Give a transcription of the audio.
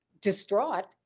distraught